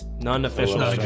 none officially.